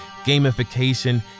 gamification